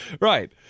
Right